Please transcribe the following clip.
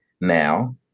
now